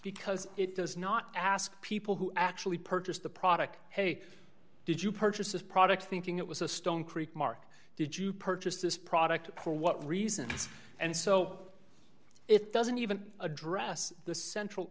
because it does not ask people who actually purchased the product hey did you purchase a product thinking it was a stone creek mark did you purchase this product for what reasons and so it doesn't even address the central